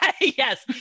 yes